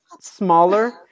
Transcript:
smaller